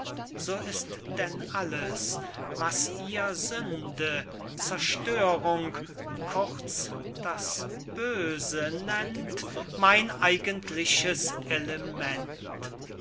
so ist denn alles was ihr sünde zerstörung kurz das böse nennt mein eigentliches element